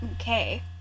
Okay